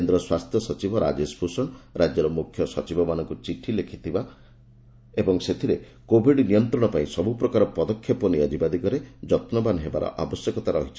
କେନ୍ଦ୍ର ସ୍ୱାସ୍ଥ୍ୟ ସଚିବ ରାଜେଶ ଭୂଷଣ ରାଜ୍ୟର ମୁଖ୍ୟ ସଚିବମାନଙ୍କୁ ଲେଖିଥିବା ଚିଠିରେ କହିଛନ୍ତି କୋଭିଡ୍ ନିୟନ୍ତ୍ରଣ ପାଇଁ ସବୁ ପ୍ରକାର ପଦକ୍ଷେପ ନିଆଯିବା ଦିଗରେ ସେମାନେ ଯତ୍ରବାନ ହେବାର ଆବଶ୍ୟକତା ରହିଛି